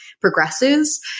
progresses